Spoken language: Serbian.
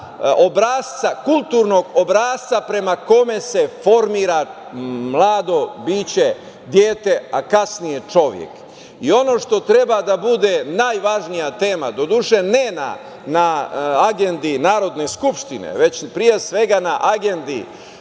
kulturnog obrasca prema kome se formira mlado biće, dete, a kasnije čovek. Ono što treba da bude najvažnija tema, doduše ne na agendi Narodne skupštine, već pre svega na agendi